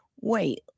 Wait